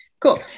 cool